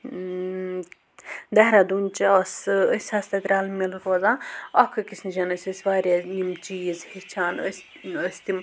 دہرادُن چہِ آسہٕ أسۍ آسہٕ تَتہِ رَلہٕ مِلہٕ روزان اَکھ أکِس نِش ٲسۍ أسۍ واریاہ یِم چیٖز ہیٚچھان أسۍ ٲسۍ تِم